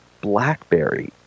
BlackBerry